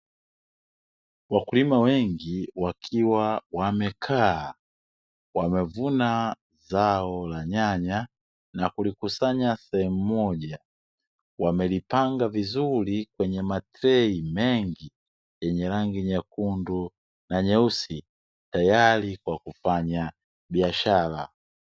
Wakulima wengi wakiwa wamekaa, wamevuna zao la nyanya na kulikusanya sehemu moja. Wamelipanga vizuri kwenye matrei mengi yenye rangi nyekundu na nyeusi, tayari kwa kufanya biashara.